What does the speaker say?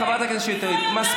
היא לא יודעת שבתנ"ך נבחנים